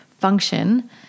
function